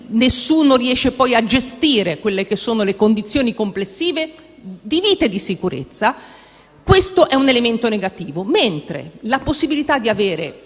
nessuno riesce poi a gestire le condizioni complessive di vita e di sicurezza, questo sia un elemento negativo; mentre la possibilità di avere